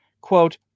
quote